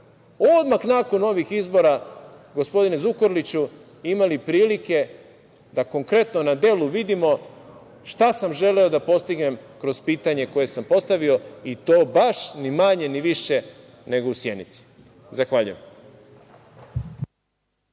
odmah nakon ovih izbora, gospodine Zukorliću, imali prilike da konkretno na delu vidimo šta sam želeo da postignem kroz pitanje koje sam postavio i to baš ni manje ni više nego u Sjenici. Zahvaljujem.